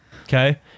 Okay